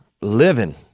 living